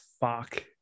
fuck